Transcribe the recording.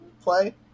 play